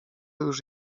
już